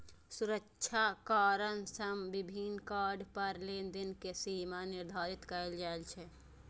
सुरक्षा कारण सं विभिन्न कार्ड पर लेनदेन के सीमा निर्धारित कैल जाइ छै